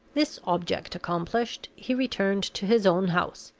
this object accomplished, he returned to his own house,